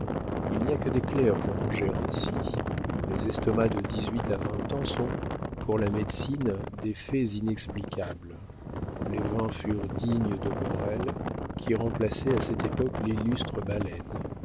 il n'y a que des clercs pour manger ainsi les estomacs de dix-huit à vingt ans sont pour la médecine des faits inexplicables les vins furent dignes de borrel qui remplaçait à cette époque l'illustre balaine